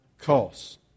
costs